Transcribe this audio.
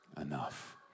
enough